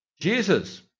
Jesus